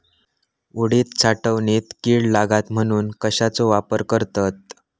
उडीद साठवणीत कीड लागात म्हणून कश्याचो वापर करतत?